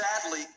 sadly